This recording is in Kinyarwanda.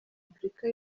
repubulika